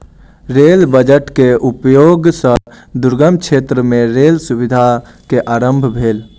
rail budget के उपयोग सॅ दुर्गम क्षेत्र मे रेल सुविधा के आरम्भ भेल